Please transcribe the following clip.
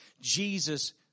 Jesus